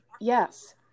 Yes